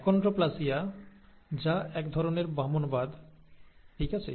Achondroplasia যা এক ধরণের বামনবাদ ঠিক আছে